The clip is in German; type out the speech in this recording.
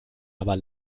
aber